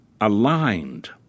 aligned